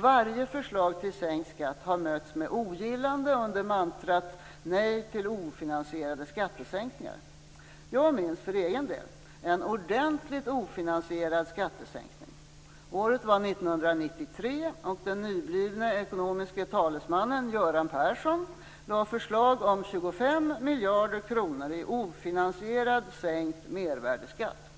Varje förslag till sänkt skatt har mötts med ogillande under mantrat: Nej till ofinansierade skattesänkningar. Jag minns för egen del en ordentligt ofinansierad skattesänkning. Året var 1993, och den nyblivne ekonomiske talesmannen Göran Persson lade fram förslag om 25 miljarder kronor i ofinansierad sänkt mervärdesskatt,